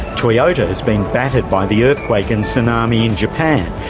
toyota has been battered by the earthquake and tsunami in japan,